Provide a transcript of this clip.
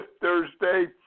thursday